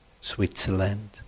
Switzerland